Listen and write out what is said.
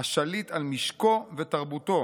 השליט על משקו ותרבותו,